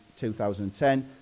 2010